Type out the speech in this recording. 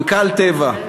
מנכ"ל "טבע",